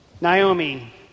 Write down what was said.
Naomi